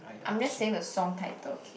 I'm just saying the song title kay